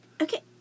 Okay